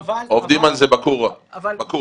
עובדים על זה בכור כרגע.